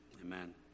Amen